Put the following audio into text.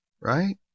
Right